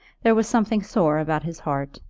there was something sore about his heart,